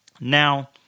Now